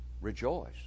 rejoice